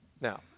Now